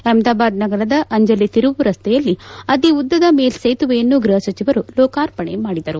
ಅಹ್ನದಾಬಾದ್ ನಗರದ ಅಂಜಲಿ ತಿರುವು ರಸ್ತೆಯಲ್ಲಿ ಅತಿ ಉದ್ದದ ಮೇಲ್ವೆತುವೆಯನ್ನು ಗೃಹ ಸಚಿವರು ಲೋಕಾರ್ಪಣೆ ಮಾಡಿದರು